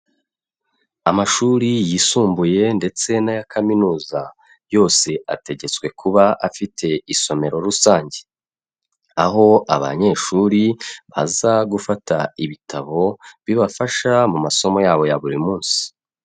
Amashuri yisumbuye ndetse n'aya kaminuza yose ategetswe kuba afite isomero rusange, aho abanyeshuri baza gufata ibitabo bibafasha mu masomo yabo ya buri munsi.